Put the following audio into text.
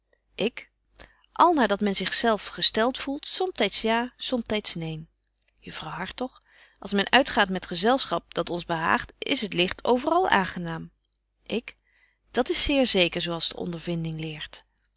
ik al naar dat men zich zelf gestelt voelt somtyds ja somtyds neen juffrouw hartog als men uitgaat met gezelschap dat ons behaagt is t ligt overal aangenaam ik dat is zeer zeker zo als de ondervinding leert